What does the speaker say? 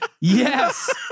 Yes